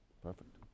perfect